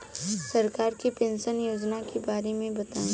सरकार के पेंशन योजना के बारे में बताईं?